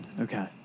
Okay